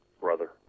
Brother